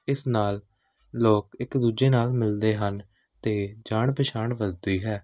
ਇਸ ਨਾਲ ਲੋਕ ਇੱਕ ਦੂਜੇ ਨਾਲ ਮਿਲਦੇ ਹਨ ਅਤੇ ਜਾਣ ਪਛਾਣ ਵਧਦੀ ਹੈ